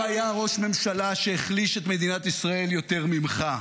לא היה ראש ממשלה שהחליש את מדינת ישראל יותר ממך.